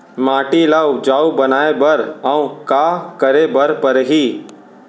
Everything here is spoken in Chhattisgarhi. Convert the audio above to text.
माटी ल उपजाऊ बनाए बर अऊ का करे बर परही?